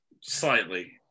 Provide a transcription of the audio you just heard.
slightly